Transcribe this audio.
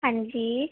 ਹਾਂਜੀ